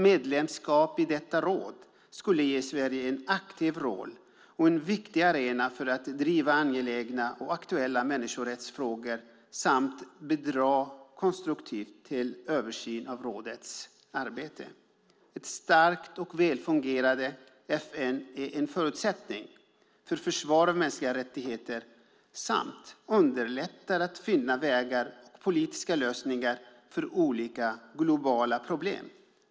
Medlemskap i detta råd skulle ge Sverige en aktiv roll och en viktig arena för att driva angelägna och aktuella människorättsfrågor, och Sverige kan bidra konstruktivt till översyn av rådets arbete. Ett starkt och väl fungerade FN är en förutsättning för försvar av mänskliga rättigheter samt underlättar att finna vägar och politiska lösningar för olika globala problem.